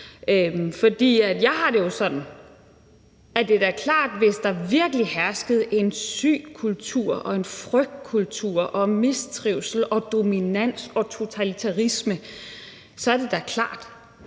For jeg har det sådan, at det jo er klart, at hvis der virkelig herskede en syg kultur og en frygtkultur og mistrivsel og dominans og totalitarisme, var det da noget,